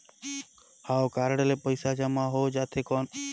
हव कारड ले पइसा जमा हो जाथे कौन?